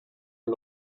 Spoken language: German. wir